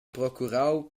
procurau